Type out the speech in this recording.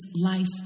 life